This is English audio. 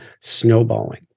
snowballing